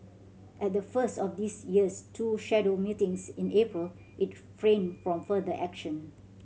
at the first of this year's two scheduled meetings in April it refrained from further action